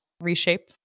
reshape